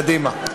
קדימה.